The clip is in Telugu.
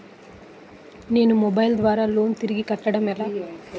నేను మొబైల్ ద్వారా లోన్ తిరిగి కట్టడం ఎలా?